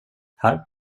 här